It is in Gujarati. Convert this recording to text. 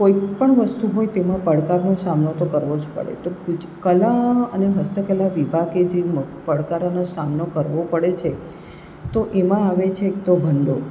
કોઈપણ વસ્તુ હોય તેમાં પડકારનો સામનો તો જ કરવો પડે કલા અને હસ્તકલા વિભાગે જે પડકારોનો સામનો કરવો પડે છે તો એમાં આવે છે એક તો ભંડોળ